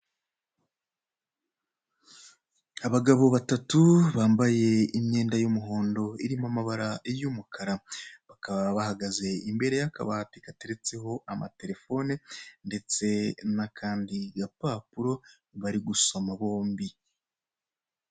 Abagabo batatu bambaye imyenda y'umuhondo irimo amabara y'umukara, bakaba bahagaze imbere y'akabati gateretseho amatelefone ndetse n'akandi gapapuro bari gusoma bombi.